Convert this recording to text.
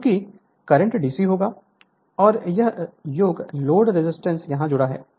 चूंकि current DC होगा और यही योग लोड रेजिस्टेंस यहां जुड़ा हुआ है